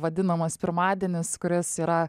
vadinamas pirmadienis kuris yra